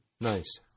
Nice